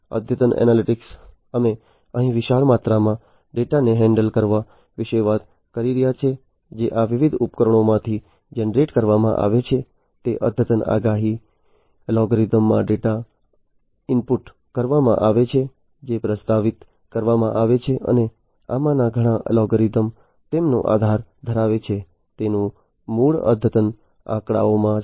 અદ્યતન એનાલિટિક્સ અમે અહીં વિશાળ માત્રામાં ડેટાને હેન્ડલ કરવા વિશે વાત કરી રહ્યા છીએ જે આ વિવિધ ઉપકરણોમાંથી જનરેટ કરવામાં આવે છે તે અદ્યતન આગાહી અલ્ગોરિધમ્સમાં ડેટા ઇનપુટ કરવામાં આવે છે જે પ્રસ્તાવિત કરવામાં આવે છે અને આમાંના ઘણા અલ્ગોરિધમ્સ તેમનો આધાર ધરાવે છે તેમનું મૂળ અદ્યતન આંકડાઓમાં છે